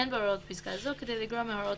אין בהוראות פסקה זו כדי לגרוע מהוראות